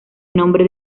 nombre